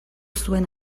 zuen